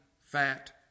fat